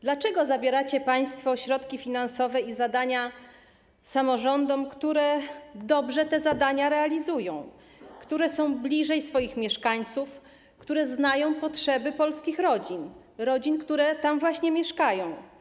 Dlaczego zabieracie państwo środki finansowe i zadania samorządom, które dobrze te zadania realizują, które są bliżej swoich mieszkańców, które znają potrzeby polskich rodzin, rodzin, które tam właśnie mieszkają?